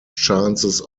chances